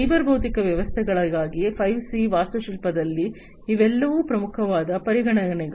cyber ಭೌತಿಕ ವ್ಯವಸ್ಥೆಗಳಿಗಾಗಿ 5 C ವಾಸ್ತುಶಿಲ್ಪದಲ್ಲಿ ಇವೆಲ್ಲವೂ ಪ್ರಮುಖವಾದ ಪರಿಗಣನೆಗಳು